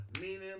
meaning